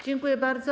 Dziękuję bardzo.